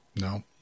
No